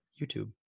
YouTube